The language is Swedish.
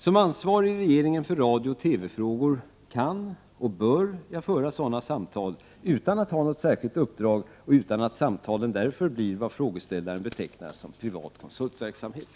Som ansvarig i regeringen för radiooch TV-frågor kan och bör jag föra sådana samtal utan att ha något särskilt uppdrag och utan att samtalen därför blir vad frågeställaren betecknar som privat konsultverksamhet.